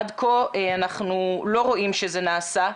עד כה אנחנו לא רואים שזה נעשה,